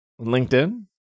LinkedIn